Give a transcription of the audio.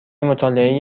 مطالعه